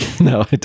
no